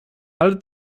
ale